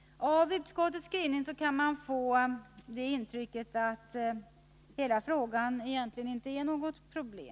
Av utskottets skrivning kan man få intrycket att detta egentligen inte är något problem.